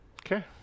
okay